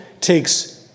takes